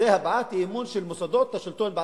זו הבעת אי-אמון של מוסדות השלטון בעצמם,